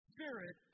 Spirit